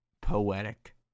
Poetic